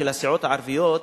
של הסיעות הערביות,